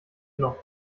noch